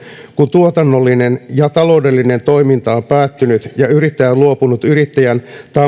tuotannollinen ja taloudellinen toiminta on päättynyt ja yrittäjä on luopunut yrittäjän tai